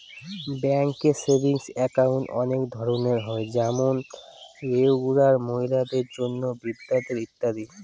ব্যাঙ্কে savings account অনেক ধরনের হয় যেমন রেগুলার, মহিলাদের জন্য, বৃদ্ধদের ইত্যাদি